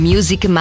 Music